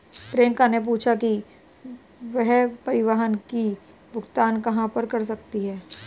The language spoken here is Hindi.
प्रियंका ने पूछा कि वह परिवहन कर की भुगतान कहाँ कर सकती है?